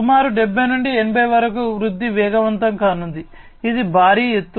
సుమారు 70 నుండి 80 వరకు వృద్ధి వేగవంతం కానుంది ఇది భారీ ఎత్తు